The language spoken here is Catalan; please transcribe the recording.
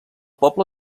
poble